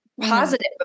positive